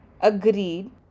agreed